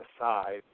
aside